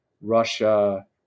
Russia